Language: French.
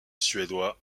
suédois